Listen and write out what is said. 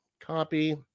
copy